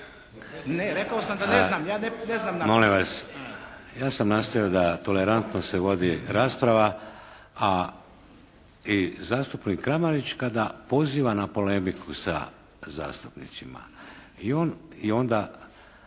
Molim vas. Ja sam nastojao da tolerantno se vodi rasprava. A, i zastupnik Kramarić kada poziva na polemiku sa zastupnicima i on